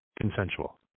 consensual